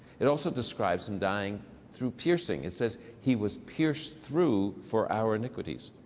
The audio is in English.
it also describes him dying through piercing. it says, he was pierced through for our iniquities.